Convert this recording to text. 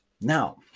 Now